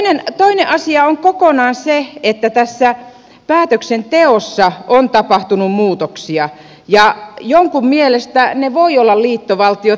toinen asia on kokonaan se että tässä päätöksenteossa on tapahtunut muutoksia ja jonkun mielestä ne voivat olla liittovaltiota